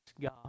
God